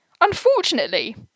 Unfortunately